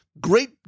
Great